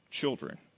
children